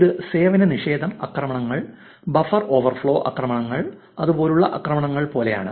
ഇത് സേവന നിഷേധം ആക്രമണങ്ങൾ ബഫർ ഓവർഫ്ലോ ആക്രമണങ്ങൾ അതുപോലുള്ള ആക്രമണങ്ങൾ പോലെയാണ്